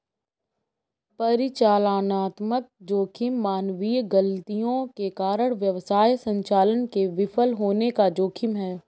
परिचालनात्मक जोखिम मानवीय गलतियों के कारण व्यवसाय संचालन के विफल होने का जोखिम है